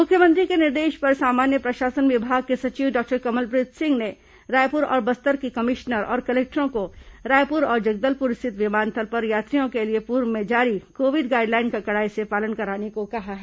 मुख्यमंत्री के निर्देश पर सामान्य प्रशासन विभाग के सचिव डॉक्टर कमलप्रीत सिंह ने रायपुर और बस्तर के कमिश्नर और कलेक्टरों को रायपुर और जगदलपुर स्थित विमानतल पर यात्रियों के लिए पूर्व में जारी कोविड गाइडलाइन का कड़ाई से पालन कराने को कहा है